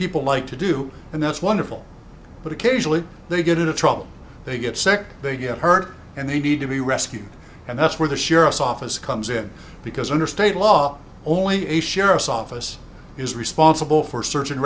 people like to do and that's wonderful but occasionally they get into trouble they get sick they get hurt and they need to be rescued and that's where the sheriff's office comes in because under state law only a sheriff's office is responsible for search and